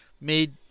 made